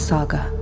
Saga